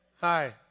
hi